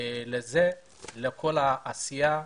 לכל העשייה.